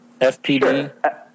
Fpd